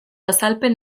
azalpen